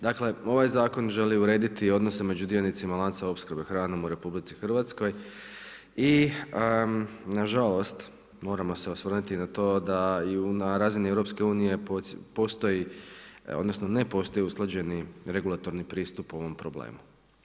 Dakle, ovaj zakon želi urediti odnose, mrežu dionicima lanca opskrbe hranom u RH i nažalost, moramo se osvrnuti i na to da na razinu EU postoji odnosno, ne postoji usklađeni regulatorni pristup ovom problemu.